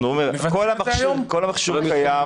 כל המכשור קיים,